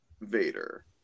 Vader